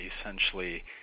Essentially